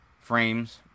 frames